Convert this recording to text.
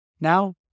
Now